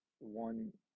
one